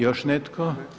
Još netko?